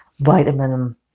vitamin